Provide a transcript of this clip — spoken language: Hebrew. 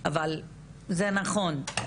אבל זה נכון,